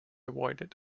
avoided